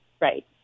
Right